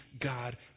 God